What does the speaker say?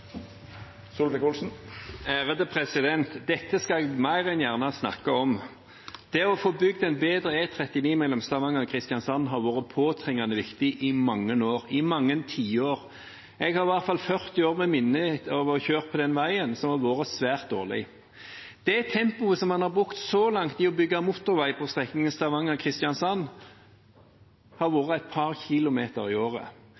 en ny plan? Dette skal jeg mer enn gjerne snakke om. Det å få bygd en bedre E39 mellom Stavanger og Kristiansand har vært påtrengende viktig i mange tiår. Jeg har i hvert fall over 40 år med minner fra å ha kjørt på den veien, som har vært svært dårlig. Tempoet – man har brukt lang tid på å bygge motorvei på strekningen Stavanger–Kristiansand – har vært et par km i året.